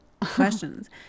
questions